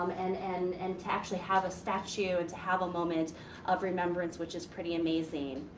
um and and and to actually have a statue and to have a moment of remembrance which is pretty amazing.